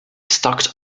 stocked